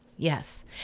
Yes